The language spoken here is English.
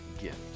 gift